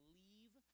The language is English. leave